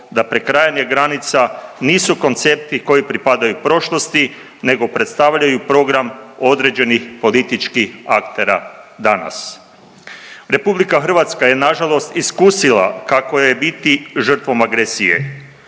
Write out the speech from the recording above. da prekrajanje granica nisu koncepti koji pripadaju prošlosti nego predstavljaju program određenih političkih aktera danas. RH je nažalost iskusila kako je biti žrtvom agresije.